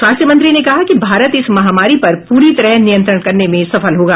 स्वास्थ्य मंत्री ने कहा कि भारत इस महामारी पर प्री तरह नियंत्रण करने में सफल होगा